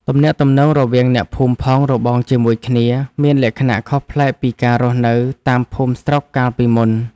ទំនាក់ទំនងរវាងអ្នកភូមិផងរបងជាមួយគ្នាមានលក្ខណៈខុសប្លែកពីការរស់នៅតាមភូមិស្រុកកាលពីមុន។